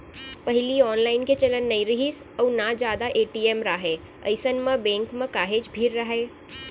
पहिली ऑनलाईन के चलन नइ रिहिस अउ ना जादा ए.टी.एम राहय अइसन म बेंक म काहेच भीड़ राहय